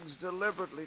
deliberately